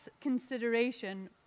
consideration